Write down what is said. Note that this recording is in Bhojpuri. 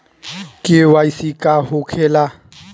के.वाइ.सी का होखेला?